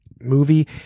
movie